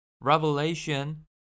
Revelation